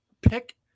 pick